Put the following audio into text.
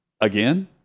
Again